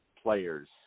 players